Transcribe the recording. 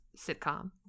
sitcom